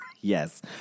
Yes